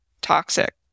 Toxic